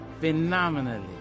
Phenomenally